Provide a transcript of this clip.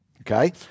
Okay